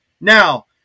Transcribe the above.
Now